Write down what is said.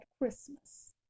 Christmas